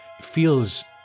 feels